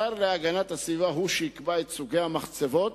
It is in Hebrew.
השר להגנת הסביבה הוא שיקבע את סוגי המחצבות